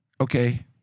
okay